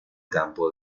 campo